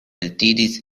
eltiris